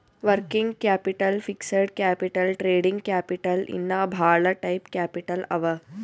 working capital, fixed capital, trading capital ಇನ್ನಾ ಭಾಳ type capital ಅವಾ